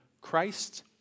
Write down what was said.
Christ